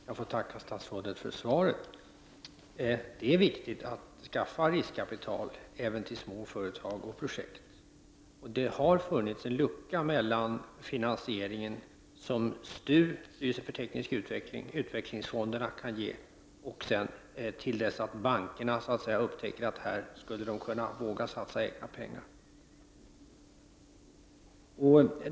Herr talman! Jag tackar statsrådet för svaret. Det är viktigt att riskkapital skaffas även till små företag och projekt. Det har funnits en lucka mellan finansieringen från STU, Styrelsen för teknisk utveckling, och utvecklingsfonderna till dess att bankerna upptäcker att de vågar satsa pengar.